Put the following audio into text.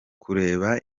kureba